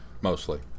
Mostly